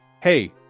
Hey